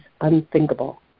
unthinkable